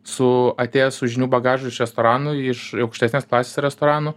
su atėjęs su žinių bagažu iš restoranų iš aukštesnės klasės restoranų